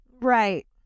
Right